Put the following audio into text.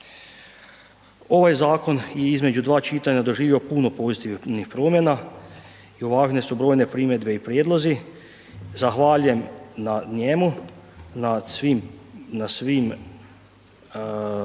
Ovaj zakon i između dva čitanja je doživio puno pozitivnih promjena i uvažene su brojne primjedbe i prijedlozi, zahvaljujem na njemu, na svim, uvrštavanju